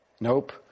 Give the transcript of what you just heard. Nope